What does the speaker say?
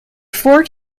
fort